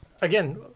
again